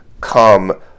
come